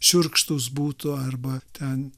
šiurkštūs būtų arba ten